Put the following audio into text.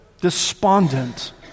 despondent